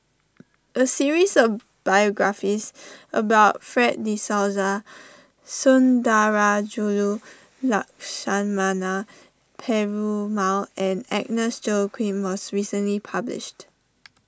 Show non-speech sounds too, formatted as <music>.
<noise> a series of biographies about Fred De Souza Sundarajulu Lakshmana Perumal and Agnes Joaquim was recently published